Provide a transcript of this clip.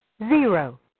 zero